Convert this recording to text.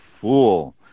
fool